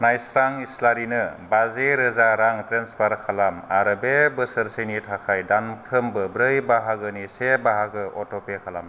नायस्रां इस्लारिनो बाजि रोजा रां ट्रेन्सफार खालाम आरो बे बोसोरसेनि थाखाय दानफ्रोमबो ब्रै बाहागोनि से बाहागो अट'पे खालाम